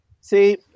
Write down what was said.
See